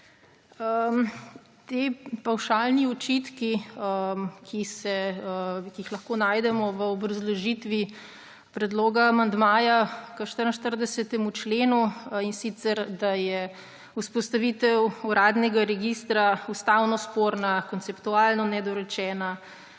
Ti pavšalni očitki, ki jih lahko najdemo v obrazložitvi predloga amandmaja k 44. členu, in sicer da je vzpostavitev uradnega registra ustavno sporna, konceptualno nedorečena,